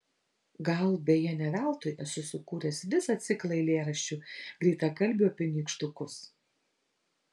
gal beje ne veltui esu sukūręs visą ciklą eilėraščių greitakalbių apie nykštukus